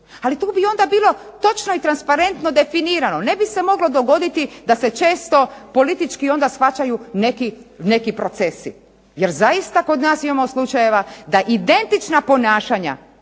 Ali tu bi onda bilo točno i transparentno definirano, ne bi se moglo dogoditi da se često politički onda shvaćaju neki procesi jer zaista kod nas imamo slučajeva da identična ponašanja